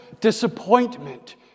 disappointment